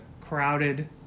crowded